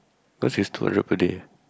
because is two hundred per day